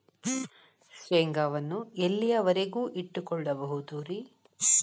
ಶೇಂಗಾವನ್ನು ಎಲ್ಲಿಯವರೆಗೂ ಇಟ್ಟು ಕೊಳ್ಳಬಹುದು ರೇ?